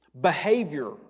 behavior